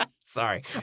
Sorry